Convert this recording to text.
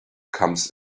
comes